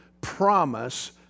promise